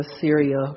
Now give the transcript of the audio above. Syria